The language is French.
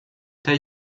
tai